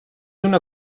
una